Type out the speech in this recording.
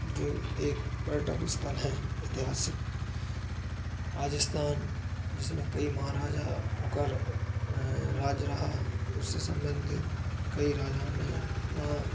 जो एक पर्यटन स्थल हैं एतिहासिक राजस्थान जिसमें कई महाराजा ओं कर राज्य रहा उससे संबंधित कई राजाओं ने वहाँ